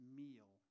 meal